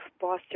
Boston